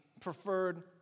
preferred